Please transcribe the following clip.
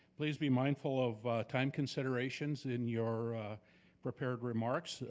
please be mindful of time considerations in your prepared remarks,